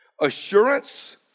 Assurance